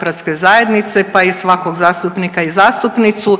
HDZ-a, pa i svakog zastupnika i zastupnicu.